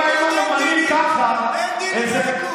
הרי אם היינו ממנים ככה, אין דילים בליכוד.